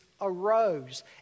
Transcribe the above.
arose